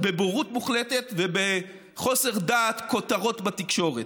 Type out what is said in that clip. בבורות מוחלטת ובחוסר דעת, כותרות בתקשורת.